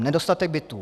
Nedostatek bytů.